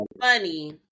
funny